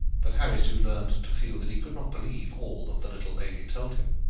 but harry soon learned to feel that he could not believe all that the little lady told him.